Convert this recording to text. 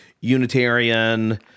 Unitarian